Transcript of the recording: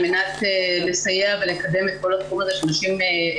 על מנת לסייע ולקדם את כל התחום הזה של נשים עצמאיות.